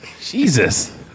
jesus